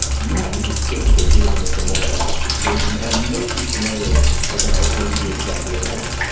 you have to just get what they give and make the most out of that situation, and no two scenarios like that are going to be exactly alike.